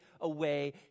away